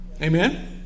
Amen